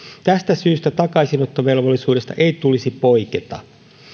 tästä syystä takaisinottovelvollisuudesta ei tulisi poiketa